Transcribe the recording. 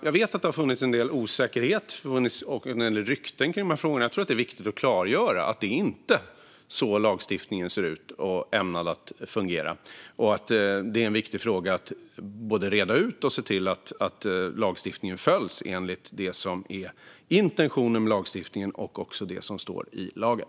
Jag vet att det finns en del osäkerhet och rykten om detta, så det är viktigt att klargöra att det inte är så lagstiftningen ser ut eller är ämnad att fungera. Detta är en viktig fråga att reda ut så att lagstiftningen följs enligt lagens intention och det som står i lagen.